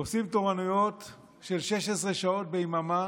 עושים תורנויות של 16 שעות ביממה